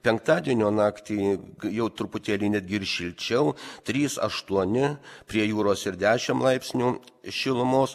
penktadienio naktį jau truputėlį netgi ir šilčiau trys aštuoni prie jūros ir dešim laipsnių šilumos